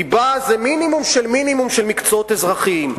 ליבה זה מינימום של מינימום של מקצועות אזרחיים,